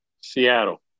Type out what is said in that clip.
Seattle